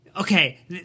Okay